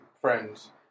friends